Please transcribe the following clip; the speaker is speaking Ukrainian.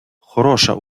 хороша